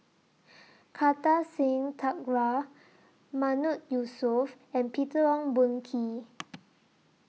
Kartar Singh Thakral Mahmood Yusof and Peter Ong Boon Kwee